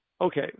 Okay